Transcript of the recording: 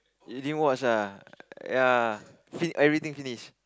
you didn't watch ah ya fi~ everything finish